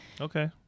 Okay